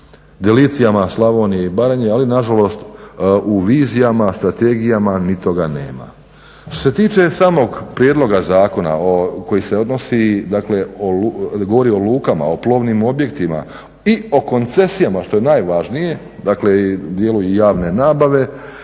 delicijama Slavonije i Baranje ali nažalost u vizijama, strategijama mi toga nemamo. Što se tiče samog prijedloga zakona koji se odnosi govorim o lukama, o plovnim objektima i o koncesijama što je najvažnije dakle dijelu javne nabave,